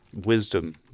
wisdom